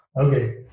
Okay